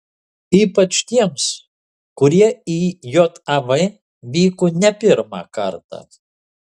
ypač tiems kurie į jav vyko ne pirmą kartą